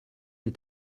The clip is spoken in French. est